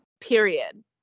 Period